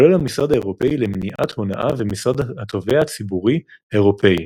כולל המשרד האירופי למניעת הונאה ומשרד התובע הציבורי האירופי.